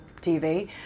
TV